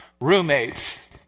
roommates